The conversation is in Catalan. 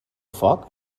foc